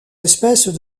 espèces